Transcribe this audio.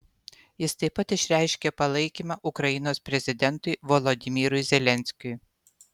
jis taip pat išreiškė palaikymą ukrainos prezidentui volodymyrui zelenskiui